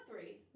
three